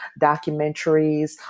documentaries